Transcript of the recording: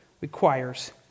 requires